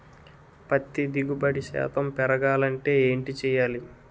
పత్తి దిగుబడి శాతం పెరగాలంటే ఏంటి చేయాలి?